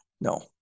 No